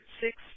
six